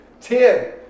Ten